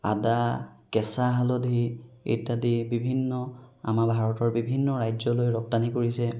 আদা কেঁচা হালধি ইত্যাদি বিভিন্ন আমাৰ ভাৰতৰ বিভিন্ন ৰাজ্যলৈ ৰপ্তানি কৰিছে